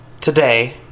Today